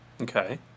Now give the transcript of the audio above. Okay